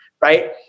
Right